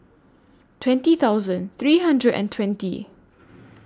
twenty thousand three hundred and twenty